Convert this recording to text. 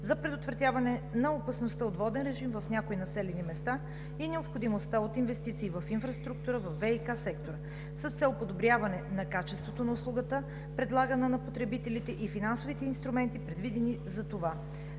за предотвратяване на опасността от воден режим в някои населени места и необходимостта от инвестиции в инфраструктурата във ВиК сектора с цел подобряване на качеството на услугата, предлагана на потребителите, и финансовите инструменти, предвидени за това.